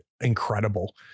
incredible